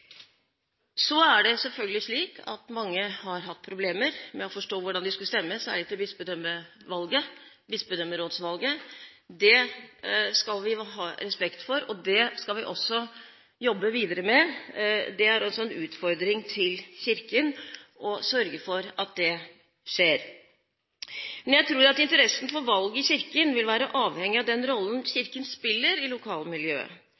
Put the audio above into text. Så er det selvfølgelig slik at mange har hatt problemer med å forstå hvordan de skulle stemme, særlig til bispedømmerådsvalget. Det skal vi ha respekt for. Det skal vi også jobbe videre med. Det er en utfordring til Kirken å sørge for at det skjer. Jeg tror at interessen for valg i Kirken vil være avhengig av den rollen Kirken spiller i lokalmiljøet